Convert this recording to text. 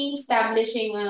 establishing